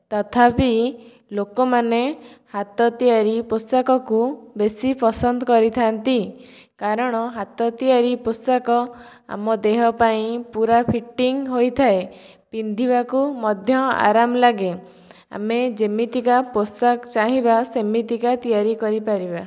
ତଥାପି ଲୋକମାନେ ହାତ ତିଆରି ପୋଷାକକୁ ବେଶୀ ପସନ୍ଦ କରିଥାନ୍ତି କାରଣ ହାତ ତିଆରି ପୋଷାକ ଆମ ଦେହ ପାଇଁ ପୁରା ଫିଟିଙ୍ଗ୍ ହୋଇଥାଏ ପିନ୍ଧିବାକୁ ମଧ୍ୟ ଆରାମ ଲାଗେ ଆମେ ଯେମିତିକା ପୋଷାକ ଚାହିଁବା ସେମିତିକା ତିଆରି କରିପାରିବା